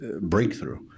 breakthrough